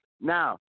now